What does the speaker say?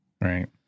right